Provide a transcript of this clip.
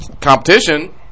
competition